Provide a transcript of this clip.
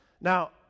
Now